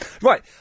Right